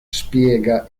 spiega